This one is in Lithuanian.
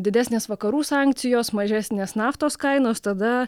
didesnės vakarų sankcijos mažesnės naftos kainos tada